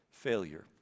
failure